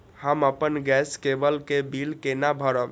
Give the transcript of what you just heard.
हम अपन गैस केवल के बिल केना भरब?